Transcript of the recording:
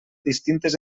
distintes